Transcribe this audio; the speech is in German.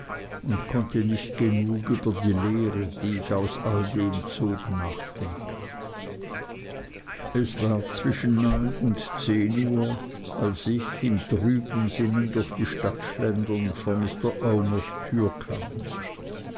und konnte nicht genug über die lehre die ich aus all dem zog nachdenken es war zwischen neun und zehn uhr als ich in trübem sinnen durch die stadt schlendernd vor mr omers tür ankam